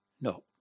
No